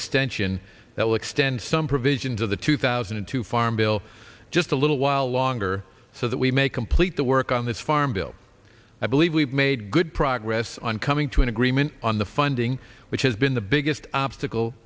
extension that will extend some provision to the two thousand and two farm bill just a little while longer so that we may complete the work on this farm bill i believe we've made good progress on coming to an agreement on the funding which has been the biggest obstacle